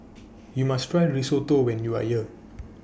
YOU must Try Risotto when YOU Are here